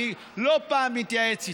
אני לא פעם מתייעץ איתך.